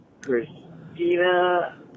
Christina